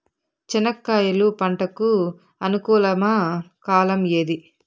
చెనక్కాయలు పంట కు అనుకూలమా కాలం ఏది?